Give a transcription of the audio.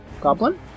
goblin